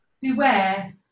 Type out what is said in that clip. Beware